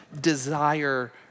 desire